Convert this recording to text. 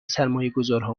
سرمایهگذارها